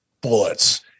bullets